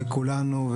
וכולנו,